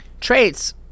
traits